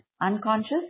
unconscious